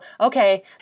okay